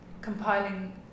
compiling